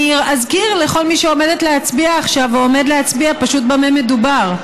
אני אזכיר לכל מי שעומדת להצביע עכשיו ועומד להצביע פשוט במה מדובר,